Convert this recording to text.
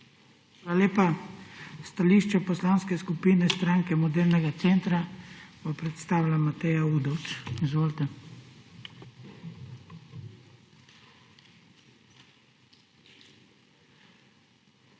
lepa. Stališče Poslanske skupine Stranke modernega centra bo prestavila Mateja Udovč. Izvolite.